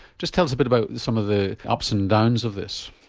just tell us a bit about some of the ups and downs of this.